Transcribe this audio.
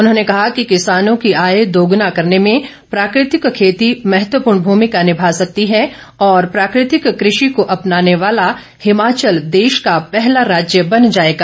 उन्होंने कहा कि किसानों की आय दोगुना करने में प्राकृतिक खेती महत्वपूर्ण भूमिका निभा सकती है और प्राकृतिक कृषि को अपनाने वाला हिमाचल देश का पहला राज्य बन जाएगा